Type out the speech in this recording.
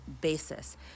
basis